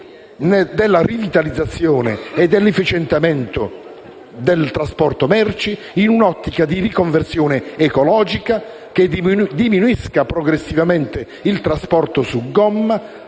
della rivitalizzazione e dell'efficientamento del trasporto merci, in un'ottica di riconversione ecologica che diminuisca progressivamente il trasporto su gomma;